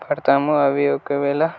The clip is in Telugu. పడతాము అవి ఒకవేళ